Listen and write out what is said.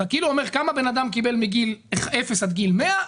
אתה כאילו אומר כמה בן אדם קיבל מגיל אפס עד גיל 100,